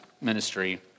ministry